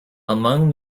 among